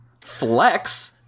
Flex